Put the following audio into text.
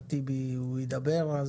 שאחמד טיבי הוא ידבר.